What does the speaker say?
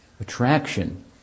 attraction